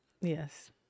yes